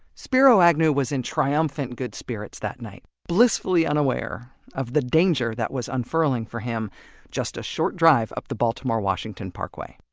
spiro agnew was in triumphant good spirits that night. blissfully unaware of the danger that was unfurling for him just a short drive up the baltimore washington parkway